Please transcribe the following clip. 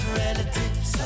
relatives